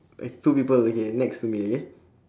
two people okay next to me okay